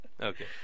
Okay